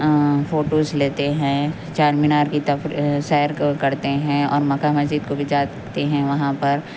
photos لیتے ہیں چار مینار کی سیر کرتے ہیں اور مکہ مسجد کو بھی جاتے ہیں وہاں پر